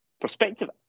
perspective